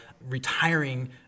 retiring